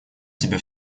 тебя